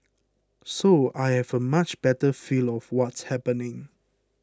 so I have a much better feel of what's happening